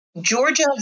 Georgia